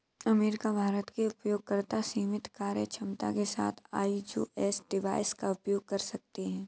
America, Bharat के उपयोगकर्ता सीमित कार्यक्षमता के साथ आई.ओ.एस डिवाइस का उपयोग कर सकते हैं